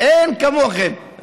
אין כמוכם.